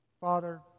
Father